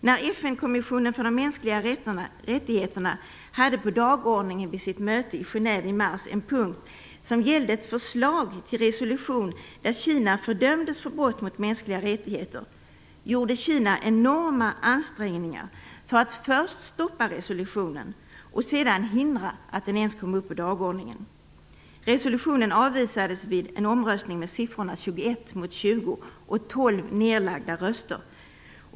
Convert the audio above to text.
När FN-kommissionen för de mänskliga rättigheterna vid sitt möte i Genève i mars hade en punkt på dagordningen som gällde ett förslag till resolution där Kina fördömdes för brott mot mänskliga rättigheter, gjorde Kina enorma ansträngningar för att först stoppa resolutionen och sedan hindra att den ens kom upp på dagordningen. Resolutionen avvisades vid en omröstning med siffrorna 21 mot 20 och 12 nedlagda röster.